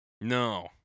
No